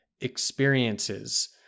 experiences